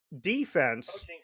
defense